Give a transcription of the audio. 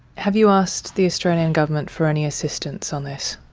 have you asked the australian government for any assistance on this?